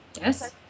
Yes